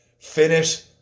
finish